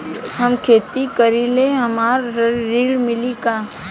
हम खेती करीले हमरा ऋण मिली का?